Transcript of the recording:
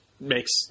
makes